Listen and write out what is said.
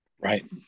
Right